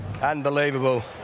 Unbelievable